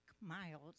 miles